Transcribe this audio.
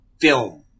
film